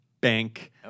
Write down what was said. bank